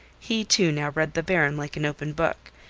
he, too, now read the baron like an open book,